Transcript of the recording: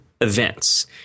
events